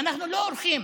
אנחנו לא אורחים,